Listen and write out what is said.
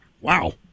Wow